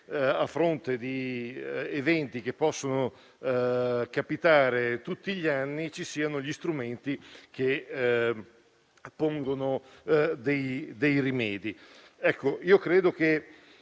a fronte di eventi che possono capitare tutti gli anni, ci siano gli strumenti che pongono dei rimedi.